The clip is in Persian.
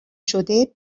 شده